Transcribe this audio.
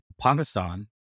pakistan